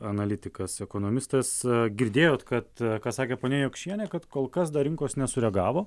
analitikas ekonomistas girdėjot kad ką sakė ponia jokšienė kad kol kas dar rinkos nesureagavo